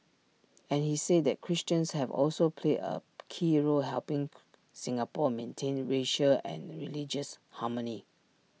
and he said that Christians have also played A key role helping Singapore maintain racial and religious harmony